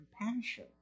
compassion